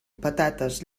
patates